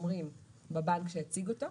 שומרים בבנק שהציג אותו,